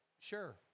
sure